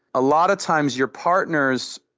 a lot of times your partners,